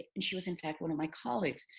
and she was in fact one of my colleagues.